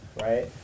right